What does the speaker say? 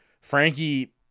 Frankie